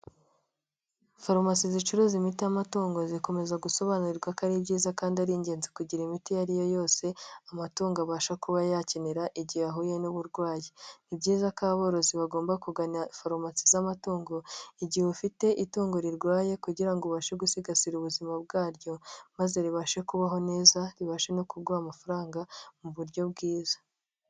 Farumasi zicuruza imiti y'amatungo, zikomeza gusobanurirwa ko ari byiza kandi ari ingenzi kugira imiti iyo ari yo yose y'amatungo, ibasha kuba yakenerwa igihe ahuye n'uburwayi. Ni byiza ko aborozi bagomba kugana farumasi z'amatungo igihe bafite itungo rirwaye, kugira ngo babashe gusigasira ubuzima bwaryo, maze ribashe kubaho neza ribashe no kuguha amafaranga mu buryo bwiza.